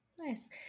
Nice